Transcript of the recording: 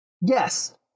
Yes